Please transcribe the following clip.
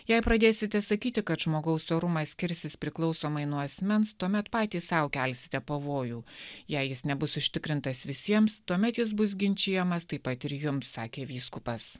jei pradėsite sakyti kad žmogaus orumas skirsis priklausomai nuo asmens tuomet patys sau kelsite pavojų jei jis nebus užtikrintas visiems tuomet jis bus ginčijamas taip pat ir jums sakė vyskupas